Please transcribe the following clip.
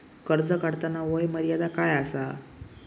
कर्ज काढताना वय मर्यादा काय आसा?